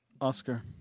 Oscar